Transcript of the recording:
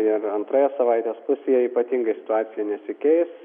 ir antroje savaitės pusėje ypatingai situacija nesikeis